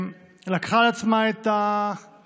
שלקחה על עצמה את המשימה,